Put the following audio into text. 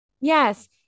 Yes